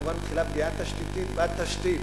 כמובן מתחילה פגיעה תשתיתית בתשתית.